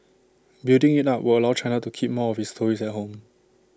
building IT up would allow China to keep more of its tourists at home